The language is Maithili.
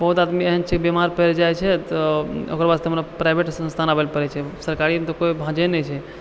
बहुत आदमी एहन छै बीमार पड़ि जाइत छै तऽ ओकरो वास्ते हमरो प्राइवेट संस्थान आबए लए पड़ैत छै सरकारीमे तऽ कोइ भाझे नहि छै